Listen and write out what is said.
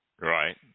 Right